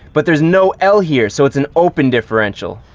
but there's no l here, so it's an open differential.